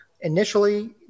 Initially